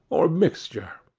or mixture.